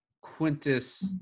Quintus